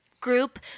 group